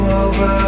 over